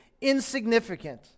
insignificant